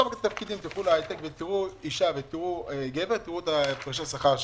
לכו להייטק ותראו אשה וגבר תראו את הפרשי השכר שלהם.